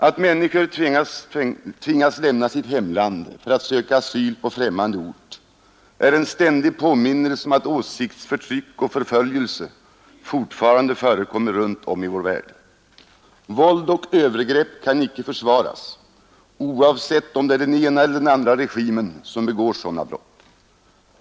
Att människor tvingas lämna sitt hemland för att söka asyl på främmande ort är en ständig påminnelse om att åsiktsförtryck och förföljelser fortfarande förekommer runt om i vår värld. Våld och övergrepp kan icke försvaras oavsett om det är den ena eller den andra regimen som begår sådana brott.